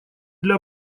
для